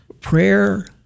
Prayer